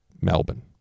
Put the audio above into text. Melbourne